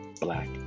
black